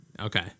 Okay